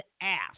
ass